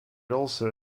also